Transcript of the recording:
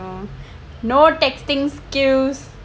no texting skills